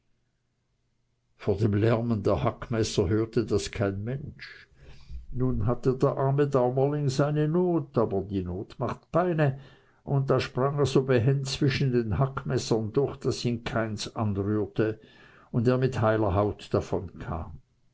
von dem lärmen der hackmesser hörte das kein mensch nun hatte der arme daumerling seine not aber die not macht beine und da sprang er so behend zwischen den hackmessern durch daß ihn keins anrührte und er mit heiler haut